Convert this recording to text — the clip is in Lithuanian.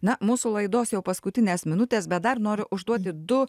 na mūsų laidos jau paskutinės minutės bet dar noriu užduoti du